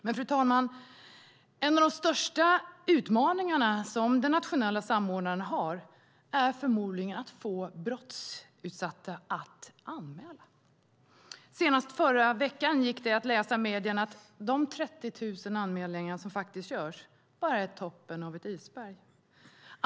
Men, fru talman, en av de största utmaningarna som den nationella samordnaren har är förmodligen att få brottsutsatta att anmäla. Senast förra veckan gick det att läsa i medierna att de 30 000 anmälningar som görs bara är toppen av ett isberg.